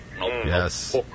Yes